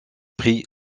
prit